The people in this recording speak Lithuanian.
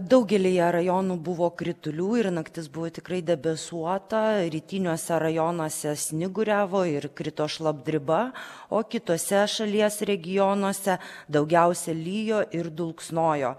daugelyje rajonų buvo kritulių ir naktis buvo tikrai debesuota rytiniuose rajonuose snyguriavo ir krito šlapdriba o kituose šalies regionuose daugiausia lijo ir dulksnojo